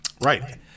right